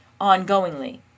ongoingly